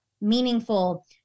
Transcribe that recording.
meaningful